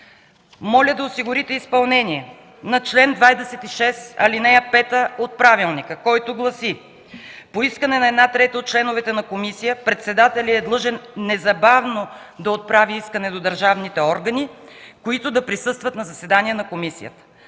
Моля да осигурите изпълнение на чл. 26, ал. 5 от правилника, който гласи: „По искане на една трета от членовете на комисия председателят й е длъжен незабавно да отправи искане до държавните органи, които да присъстват на заседание на комисията.